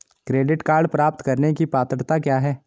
Credit card प्राप्त करने की पात्रता क्या है?